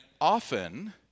often